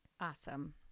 Awesome